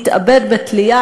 התאבד בתלייה.